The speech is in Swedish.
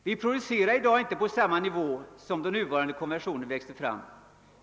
Vi producerar i dag inte på samma nivå som då den nuvarande konventionen växte fram.